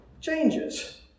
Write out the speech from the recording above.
changes